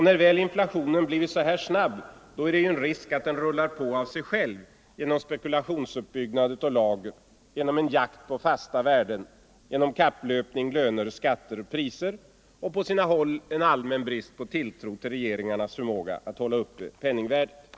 När inflationen väl blivit så här snabb är ju risken att den lätt rullar på av sig själv genom spekulationsuppbyggnad av lager, genom jakt på fasta värden, genom kapplöpning löner-skatter-priser och på sina håll en allmän brist på tilltro till regeringarnas förmåga att hålla penningvärdet uppe.